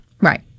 Right